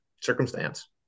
circumstance